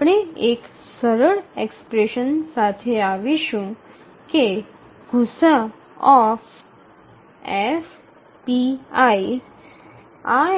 આપણે એક સરળ એક્સપ્રેશન સાથે આવીશું કે ગુસાઅF pi આ